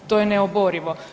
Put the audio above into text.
To je neoborivo.